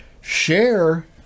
share